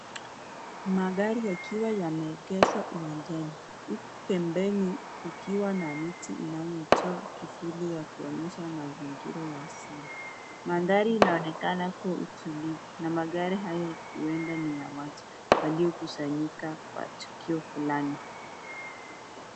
Magari yakiwa yameegeshwa uwajani, huku pembeni kukiwa Na miti inayotoa kivuli ya kuonesha mazingira ya asili, mandhari yanaonekana kuwa tulivu na magari Hayo huenda Niya watu walio kusanyika kwa tukio fulani.